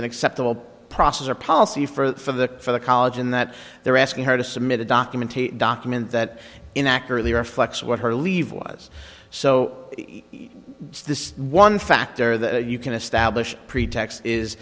an acceptable process or policy for the for the college in that they're asking her to submit a document a document that in accurately reflects what her leave was so this one factor that you can establish pretext is